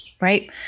right